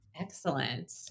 Excellent